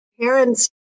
parents